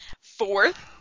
Fourth